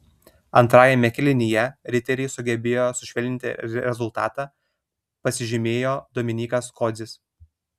antrajame kėlinyje riteriai sugebėjo sušvelninti rezultatą pasižymėjo dominykas kodzis